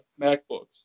MacBooks